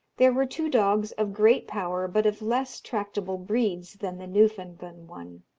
there were two dogs of great power, but of less tractable breeds than the newfoundland one.